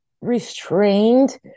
restrained